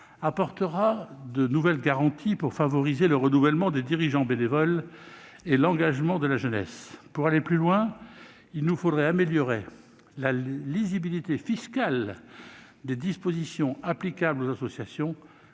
apportera de nouvelles garanties afin de favoriser le renouvellement des dirigeants bénévoles et l'engagement de la jeunesse. Pour aller plus loin, il nous faudrait améliorer la lisibilité fiscale des dispositions applicables aux associations,